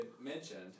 mentioned